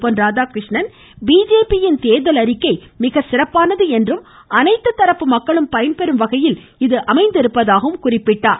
பொன் Radhakrishnan BJP யின் தேர்தல் அறிக்கை சிறப்பானது என்றும் அனைத்து தரப்பு மக்களும் பயன்பெறும் வகையில் இது அமைந்துள்ளதாகவும் குறிப்பிட்டார்